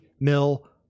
mill